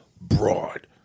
broad